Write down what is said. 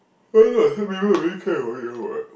then after that I heard people really care about you [one] [what]